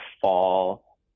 fall